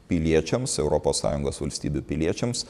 piliečiams europos sąjungos valstybių piliečiams